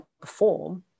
perform